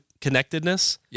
connectedness